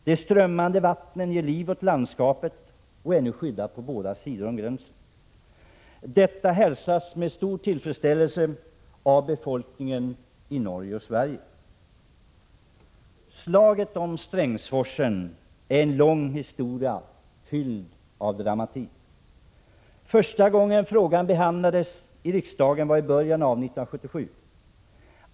De strömmande vattnen ger liv åt landskapet och är nu skyddade på båda sidor om gränsen. Detta hälsas med stor tillfredsställelse av befolkningen i Norge och Sverige. Slaget om Strängsforsen är en lång historia fylld av dramatik. Första gången frågan behandlades i riksdagen var i början av 1977.